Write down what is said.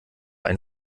ein